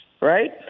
right